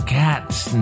cat's